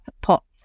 POTS